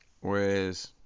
Whereas